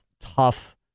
tough